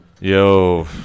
Yo